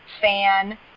fan